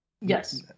Yes